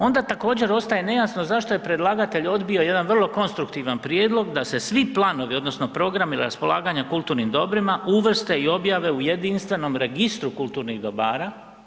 Onda također ostaje nejasno zašto je predlagatelj odbio jedan vrlo konstruktivan prijedlog da se svi planovi odnosno programi raspolaganja kulturnim dobrima uvrste i objave u jedinstvenom registru kulturnih dobara.